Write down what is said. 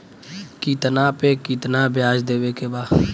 कितना पे कितना व्याज देवे के बा?